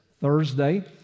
Thursday